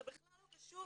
זה לא קשור